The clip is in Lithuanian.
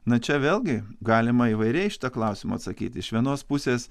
na čia vėlgi galima įvairiai šitą klausimą atsakyti iš vienos pusės